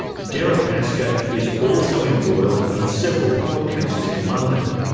deripaska is also embroiled in several court cases in london.